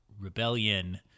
rebellion